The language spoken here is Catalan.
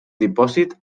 dipòsit